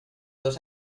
dos